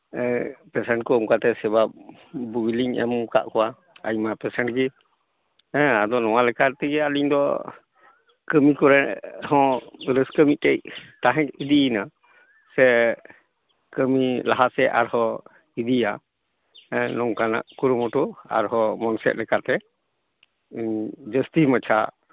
patient ᱠᱚ ᱚᱱᱠᱟᱛᱮ ᱥᱮᱵᱟ ᱵᱩᱜᱤᱞᱤᱧ ᱮᱢ ᱠᱟᱜ ᱠᱚᱣᱟ ᱟᱭᱢᱟ ᱯᱮᱥᱮᱱᱴ ᱜᱤ ᱦᱮᱸ ᱟᱫᱚ ᱱᱚᱣᱟ ᱞᱮᱠᱟ ᱛᱮᱜᱮ ᱟᱹᱞᱤᱧ ᱫᱚ ᱠᱟᱹᱢᱤ ᱠᱚᱨᱮᱦᱚᱸ ᱨᱟᱹᱥᱠᱟᱹ ᱢᱤᱫᱴᱮᱱ ᱛᱟᱦᱮᱸ ᱤᱫᱤᱭᱮᱱᱟ ᱥᱮ ᱠᱟᱹᱢᱤ ᱞᱟᱦᱟ ᱥᱮᱫ ᱟᱨᱦᱚᱸ ᱤᱫᱤᱭᱟ ᱦᱮᱸ ᱱᱚᱝᱠᱟᱱᱟᱜ ᱠᱩᱨᱩᱢᱩᱴᱩ ᱟᱨᱦᱚᱸ ᱢᱚᱱ ᱥᱮᱫ ᱞᱮᱠᱟᱛᱮ ᱡᱟᱹᱥᱛᱤ ᱢᱟᱪᱷᱟ ᱤᱭᱟᱹᱭ ᱱᱟ